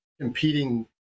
competing